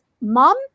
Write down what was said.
Mom